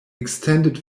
extended